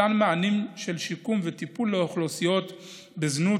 מתן מענים של שיקום וטיפול לאוכלוסיות בזנות